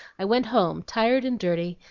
i went home tired and dirty,